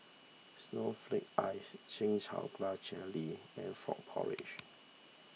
Snowflake Ice Chin Chow Grass Jelly and Frog Porridge